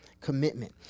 Commitment